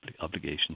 obligation